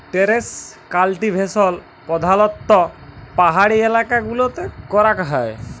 terrace cultivation প্রধালত্ব পাহাড়ি এলাকা গুলতে ক্যরাক হ্যয়